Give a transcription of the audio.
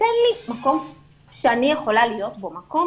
שייתן לי מקום שאני יכולה להיות בו, מקום